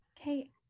Okay